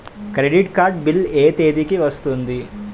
Credit card bill ఎ తేదీ కి వస్తుంది?